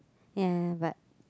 ya but